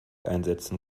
einsetzen